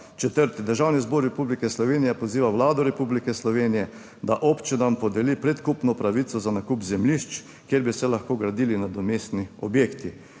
Četrti: Državni zbor Republike Slovenije poziva Vlado Republike Slovenije, da občinam podeli predkupno pravico za nakup zemljišč, kjer bi se lahko gradili nadomestni objekti.